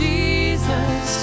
Jesus